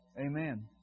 Amen